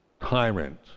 tyrant